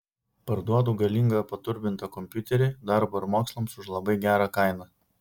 parduodu galingą paturbintą kompiuterį darbui ar mokslams už labai gerą kainą